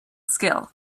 skill